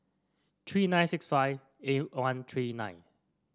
three nine six five eight one three nine